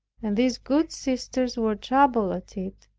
and these good sisters were troubled at it,